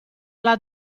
alla